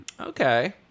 Okay